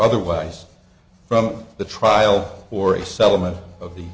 otherwise from the trial for a settlement of the